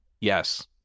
Yes